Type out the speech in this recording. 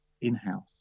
in-house